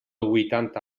huitanta